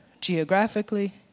geographically